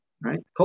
right